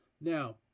Now